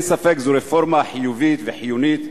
אין ספק, זו רפורמה חיובית וחיונית,